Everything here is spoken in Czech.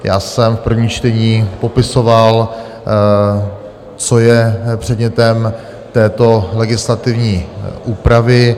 Já jsem v prvním čtení popisoval, co je předmětem této legislativní úpravy.